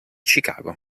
chicago